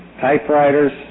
typewriters